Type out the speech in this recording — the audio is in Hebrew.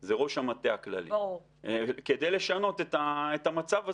זה ראש המטה הכללי כדי לשנות את המצב הזה,